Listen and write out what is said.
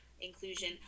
inclusion